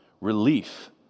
relief